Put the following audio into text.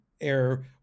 air